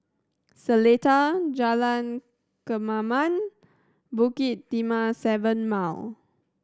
Seletar Jalan Kemaman Bukit Timah Seven Mile